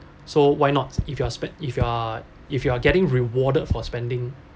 so why not if you are spend if you are if you are getting rewarded for spending